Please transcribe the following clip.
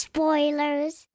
Spoilers